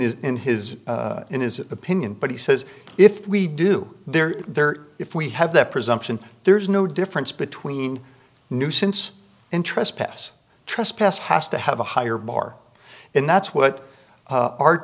his in his in his opinion but he says if we do they're there if we have that presumption there's no difference between nuisance and trespass trespass has to have a higher bar and that's what